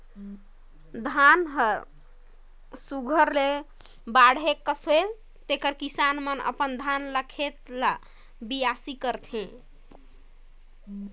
धान हर सुग्घर ले बाढ़े कस होएल तेकर किसान मन अपन धान कर खेत ल बियासी करथे